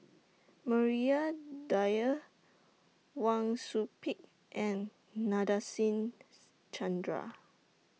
Maria Dyer Wang Sui Pick and Nadasen Chandra